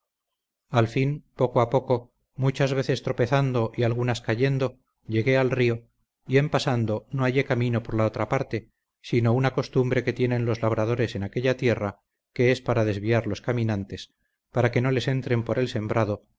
al fin poco a poco muchas veces tropezando y algunas cayendo llegué al río y en pasando no hallé camino por la otra parte por una costumbre que tienen los labradores en aquella tierra que es para desviar los caminantes para que no les entren por el sembrado